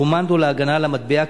קומנדו להגנה על המטבע,